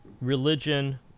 religion